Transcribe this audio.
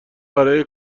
برای